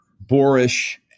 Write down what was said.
boorish